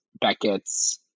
Beckett's